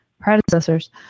predecessors